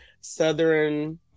southern